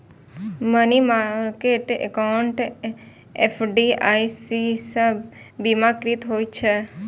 money market account FDIC सं बीमाकृत होइ छै